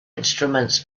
instruments